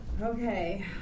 Okay